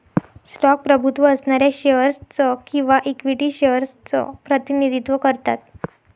stock प्रभुत्व असणाऱ्या shares च किंवा इक्विटी शेअर्स च प्रतिनिधित्व करतात